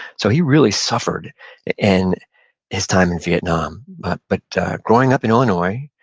so he really suffered in his time in vietnam but growing up in illinois,